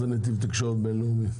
מה זה נתיב תקשורת בין-לאומי?